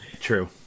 True